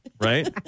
right